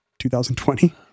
2020